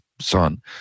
son